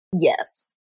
Yes